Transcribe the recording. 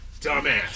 Dumbass